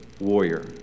warrior